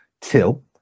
till